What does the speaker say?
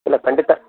ಇಲ್ಲ ಖಂಡಿತ